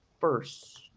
first